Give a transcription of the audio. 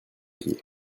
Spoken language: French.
pieds